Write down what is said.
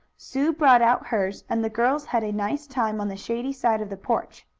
sue brought out hers, and the girls had a nice time on the shady side of the porch.